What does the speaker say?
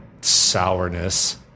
sourness